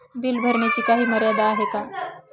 Bill भरण्याची काही मर्यादा आहे का?